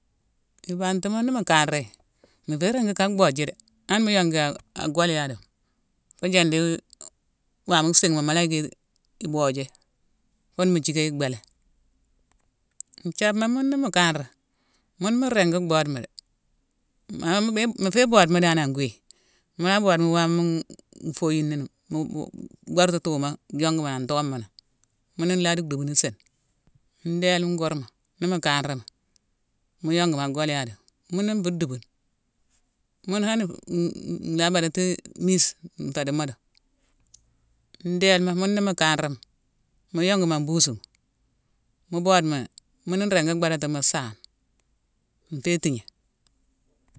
Ibantima ni kanra yi, nu fé ringi ka bhode ji dé. An mu yongu yi a-a golyadi, fo jandi-e-wame sighima, mu la yicki-ibojé. Fone mu thicka yi bhélé. Nthiabma mune ni mu kanrami, mune mu ringi bodemi dé. Ma mu fé bodemi dan an gwiye. Mu la bodemi wama-n-nfoyini ni. Mu-mu beurtu tuma yongumi an tooma nan. Mune nlaa dhi dubune sini. Ndééle ngeurma ni mu kanrami, mu yongumi a golyadima, mune nfu dubune. Mune hani-n-nlaa badati mis, nfé di modo. Ndéélma mune ni mu kanrami, mu yongumi an buusuma, mu bodemi nan, mune nringi badatimo saama, nfé tigné.